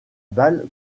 balle